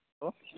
ಓ